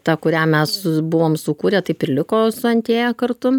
ta kurią mes buvom sukūrę taip ir liko su antėja kartu